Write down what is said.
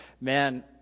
man